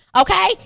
Okay